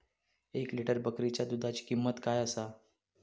एक लिटर बकरीच्या दुधाची किंमत काय आसा?